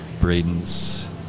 Braden's